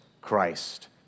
Christ